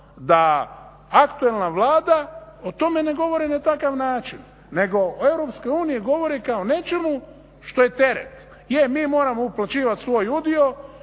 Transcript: da aktualna Vlada o tome ne govori na takav način nego o EU govori kao nečemu što je teret. Je, mi moramo uplaćivati svoj udio